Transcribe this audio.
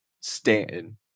Stanton